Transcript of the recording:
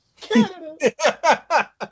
Canada